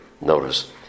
Notice